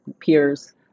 peers